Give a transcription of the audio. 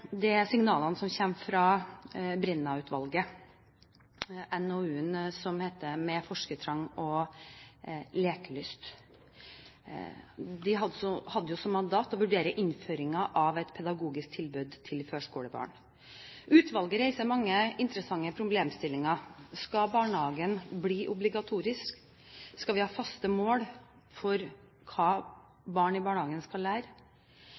hadde som mandat å vurdere innføringen av et pedagogisk tilbud til førskolebarn. Utvalget reiser mange interessante problemstillinger: Skal barnehagen bli obligatorisk? Skal vi ha faste mål for hva barn i barnehagen skal lære?